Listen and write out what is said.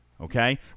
okay